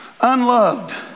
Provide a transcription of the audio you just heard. unloved